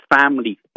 family